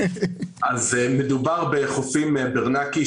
1 בדצמבר 2021. אנחנו מתחילים את דיוני הוועדה,